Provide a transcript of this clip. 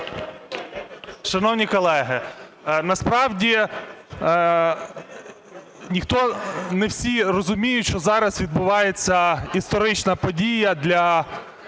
Шановні колеги, насправді не всі розуміють, що зараз відбувається історична подія для